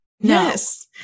Yes